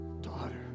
Daughter